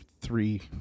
three